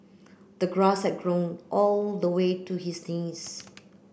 the grass had grown all the way to his knees